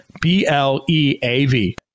B-L-E-A-V